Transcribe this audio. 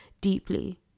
deeply